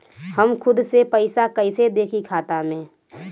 हम खुद से पइसा कईसे देखी खाता में?